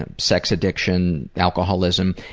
um sex addiction, alcoholism,